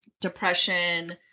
depression